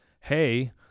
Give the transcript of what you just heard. hey